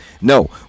no